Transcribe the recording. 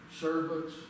Servants